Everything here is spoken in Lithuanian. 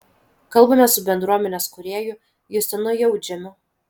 kalbamės su bendruomenės kūrėju justinu jautžemiu